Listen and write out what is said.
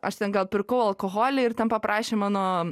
aš ten gal pirkau alkoholį ir ten paprašė mano